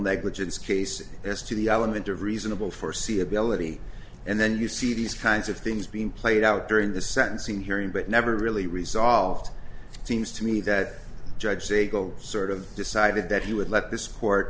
negligence case as to the element of reasonable for see ability and then you see these kinds of things being played out during the sentencing hearing but never really resolved seems to me that judge siegel sort of decided that he would let th